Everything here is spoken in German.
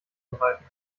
bereiten